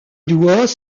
doigts